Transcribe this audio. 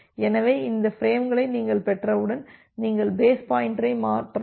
எனவே இந்த பிரேம்களை நீங்கள் பெற்றவுடன் நீங்கள் பேஸ் பாயின்டரை மாற்றலாம்